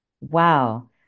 Wow